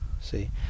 see